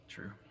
True